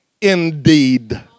indeed